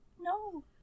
no